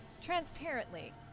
transparently